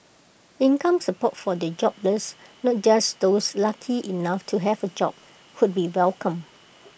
income support for the jobless not just those lucky enough to have A job would be welcome